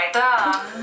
done